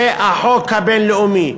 זה החוק הבין-לאומי.